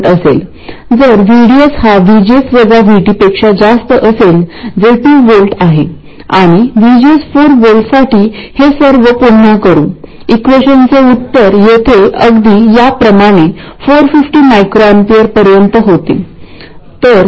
असे म्हटले आहे की जर ट्रान्झिस्टरकडे आपल्या अपेक्षेपेक्षा जास्त Vt असेल तर या प्रकरणात काय होईल